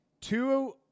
two